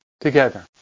Together